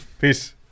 Peace